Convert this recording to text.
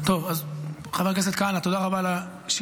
טוב, אז חבר הכנסת כהנא, תודה רבה על השאלה.